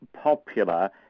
popular